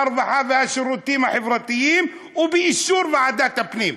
הרווחה והשירותים החברתיים ובאישור ועדת הפנים,